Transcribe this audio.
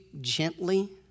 gently